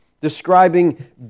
describing